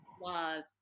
love